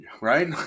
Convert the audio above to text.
right